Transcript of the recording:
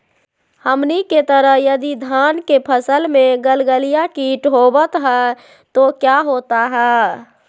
हमनी के तरह यदि धान के फसल में गलगलिया किट होबत है तो क्या होता ह?